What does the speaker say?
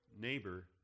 neighbor